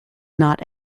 not